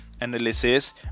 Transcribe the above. analysis